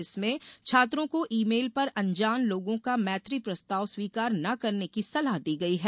इसमें छात्रों को ई मेल पर अनजान लोगों का मैत्री प्रस्ताव स्वीकार न करने की सलाह दी गई है